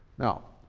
now,